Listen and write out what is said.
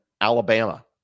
Alabama